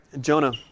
Jonah